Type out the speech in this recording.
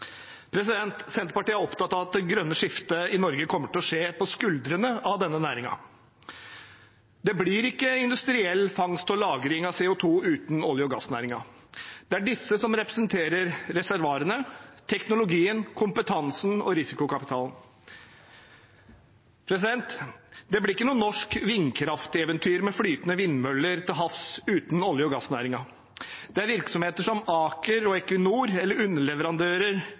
Senterpartiet er opptatt av at det grønne skiftet i Norge kommer til å skje på skuldrene av denne næringen. Det blir ikke industriell fangst og lagring av CO 2 uten olje- og gassnæringen. Det er disse som representerer reservoarene, teknologien, kompetansen og risikokapitalen. Det blir ikke noe norsk vindkrafteventyr med flytende vindmøller til havs uten olje- og gassnæringen. Det er virksomheter som Aker og Equinor, eller underleverandører